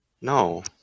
No